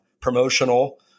promotional